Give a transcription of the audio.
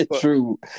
true